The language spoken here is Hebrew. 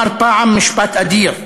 אמר פעם משפט אדיר: